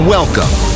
Welcome